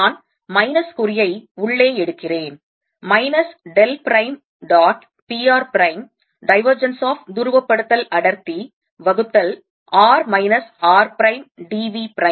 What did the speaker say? நான் மைனஸ் குறியை உள்ளே எடுக்கிறேன் minus del prime dot p r prime divergence of துருவப்படுத்தல் அடர்த்தி வகுத்தல் r minus r prime d v prime